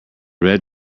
red